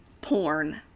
porn